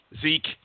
zeke